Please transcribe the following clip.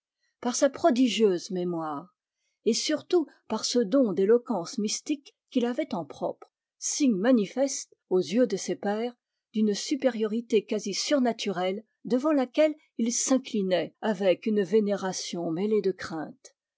par sa prodigieuse mémoire et surtout par ce don d'éloquence mystique qu'il avait en propre signe manifeste aux yeux de ses pairs d'une supériorité quasi surnaturelle devant laquelle ils s'inclinaient avec une vénération mêlée de crainte